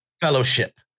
fellowship